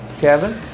Kevin